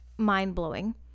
mind-blowing